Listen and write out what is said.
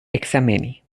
ekzameni